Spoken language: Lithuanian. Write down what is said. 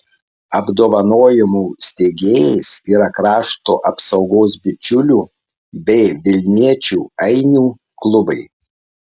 apdovanojimų steigėjais yra krašto apsaugos bičiulių bei vilniečių ainių klubai